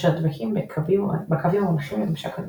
אשר דבקים ב"קווים המנחים לממשק אנושי".